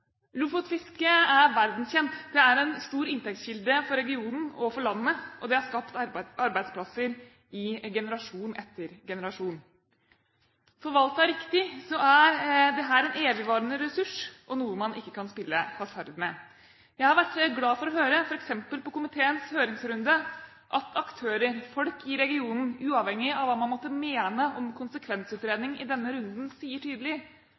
Lofotfisket er verdenskjent. Det er en stor inntektskilde for regionen og for landet, og det har skapt arbeidsplasser i generasjon etter generasjon. Forvaltet riktig er dette en evigvarende ressurs og noe man ikke kan spille hasard med. Jeg ble glad for å høre, f.eks. i komiteens høringsrunde, aktører, folk i regionen, uavhengig av hva man måtte mene om konsekvensutredning i denne runden, tydelig